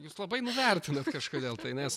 jūs labai nuvertinat kažkodėl tai nes